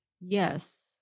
Yes